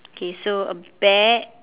okay so a bear